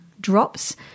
drops